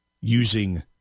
using